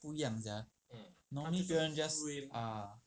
不一样 sia normally 别人 just hmm ah